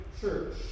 church